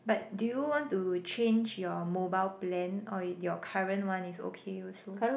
but do you want to change your mobile plan or your current one is okay also